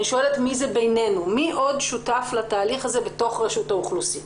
מי עוד שותף לתהליך הזה בתוך רשות האוכלוסין.